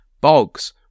bogs